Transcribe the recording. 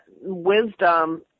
wisdom